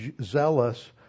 zealous